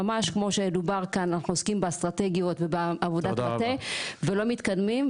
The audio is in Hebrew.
אנחנו עוסקים באסטרטגיות ובעבדות מטה ואנחנו לא מתקדמי.